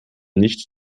nicht